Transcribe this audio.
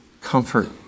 comfort